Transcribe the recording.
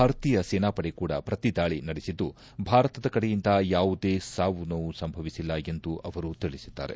ಭಾರತೀಯ ಸೇನಾಪಡೆ ಕೂಡ ಪ್ರತಿದಾಳಿ ನಡೆಸಿದ್ದು ಭಾರತದ ಕಡೆಯಿಂದ ಯಾವುದೇ ಸಾವು ನೋವು ಸಂಭವಿಸಿಲ್ಲ ಎಂದು ಅವರು ತಿಳಿಸಿದ್ದಾರೆ